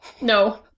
No